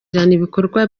ibikorwa